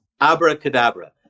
abracadabra